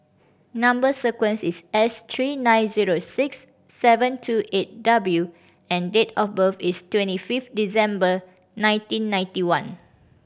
number sequence is S three nine zero six seven two eight W and date of birth is twenty fifth December nineteen ninety one